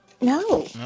No